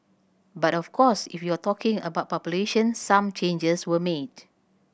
but of course if you're talking about population some changes were made